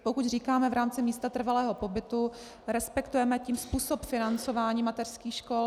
Pokud říkáme v rámci místa trvalého pobytu, respektujeme tím způsob financování mateřských škol.